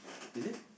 is it